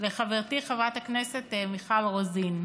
לחברתי חברת הכנסת מיכל רוזין.